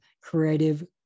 creative